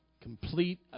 Complete